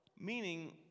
meaning